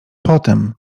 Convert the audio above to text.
potem